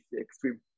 extreme